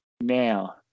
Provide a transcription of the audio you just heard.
Now